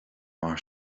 mar